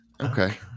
okay